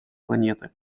планеты